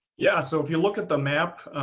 yeah so if you look at the map